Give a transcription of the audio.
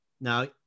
Now